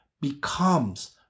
becomes